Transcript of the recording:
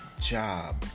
job